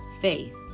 Faith